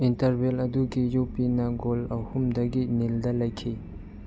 interval ꯑꯗꯨꯒꯤ ꯌꯨ ꯄꯤꯅ ꯒꯣꯜ ꯑꯍꯨꯝꯗꯒꯤ ꯅꯤꯜꯗ ꯂꯩꯈꯤ